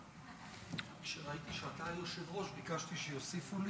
כשראיתי שאתה היושב-ראש ביקשתי שיוסיפו לי.